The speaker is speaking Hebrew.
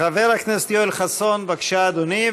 חבר הכנסת יואל חסון, בבקשה, אדוני.